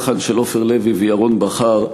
לחן של עופר לוי וירון בכר,